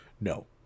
No